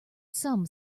some